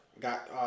Got